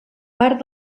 part